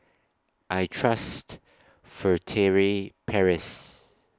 I Trust Furtere Paris